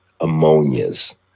ammonia's